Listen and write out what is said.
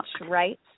right